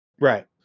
Right